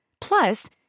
Plus